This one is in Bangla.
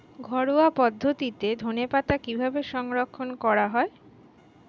ঘরোয়া পদ্ধতিতে ধনেপাতা কিভাবে সংরক্ষণ করা হয়?